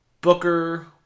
Booker